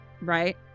right